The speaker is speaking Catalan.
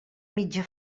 mitja